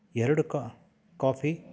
ಎರ್ಡು ಕಾಫಿ